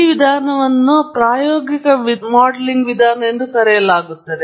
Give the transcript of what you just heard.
ಈ ವಿಧಾನವನ್ನು ಪ್ರಾಯೋಗಿಕ ಮಾಡೆಲಿಂಗ್ ವಿಧಾನ ಎಂದು ಕರೆಯಲಾಗುತ್ತದೆ